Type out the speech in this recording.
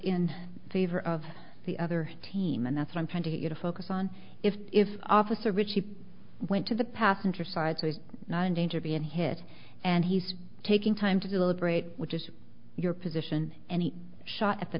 in favor of the other team and that's why i'm trying to get you to focus on if if officer richie went to the passenger side so he's not in danger being hit and he's taking time to deliberate which is your position and he shot at the